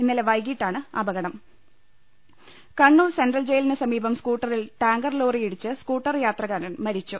ഇന്നലെ വൈകീട്ടാണ് അപകടം കണ്ണൂർ സെൻട്രൽ ജയിലിനു സമീപം സ്കൂട്ടറിൽ ടാങ്കർലോറിയി ടിച്ച് സ്കൂട്ടർ യാത്രക്കാരൻ മരിച്ചു